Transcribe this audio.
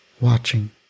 watching